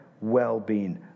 well-being